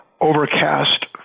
overcast